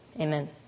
amen